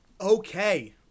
Okay